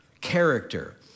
character